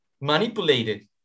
manipulated